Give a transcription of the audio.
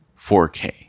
4K